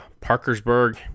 Parkersburg